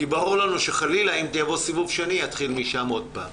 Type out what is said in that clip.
כי ברור לנו שחלילה אם יבוא סיבוב שני זה יתחיל משם עוד פעם.